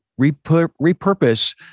repurpose